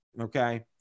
Okay